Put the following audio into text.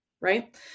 right